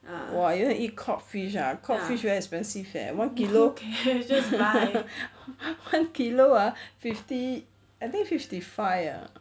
ah !wah! you want to eat cod fish ah cod fish very expensive eh one kilo one kilo ah fifty I think fifty five ah